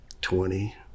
twenty